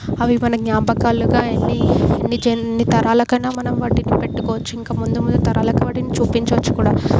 అవి మన జ్ఞాపకాలుగా ఎన్ని ఎన్ని తరాలకైనా మనం వాటిని పెట్టుకోవచ్చు ఇంకా ముందు ముందు తరాలకు వాటిని చూపించవచ్చు కూడా